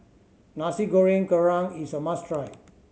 Nasi Goreng Kerang is a must try